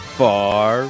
far